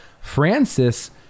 Francis